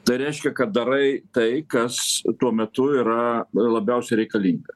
tai reiškia kad darai tai kas tuo metu yra labiausiai reikalinga